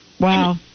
Wow